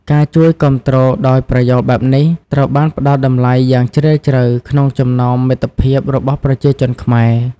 ការជួយគាំទ្រដោយប្រយោលបែបនេះ ត្រូវបានផ្ដល់តម្លៃយ៉ាងជ្រាលជ្រៅក្នុងចំណងមិត្តភាពរបស់ប្រជាជនខ្មែរ។